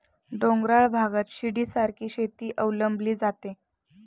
डोंगराळ भागात शिडीसारखी शेती अवलंबली जाते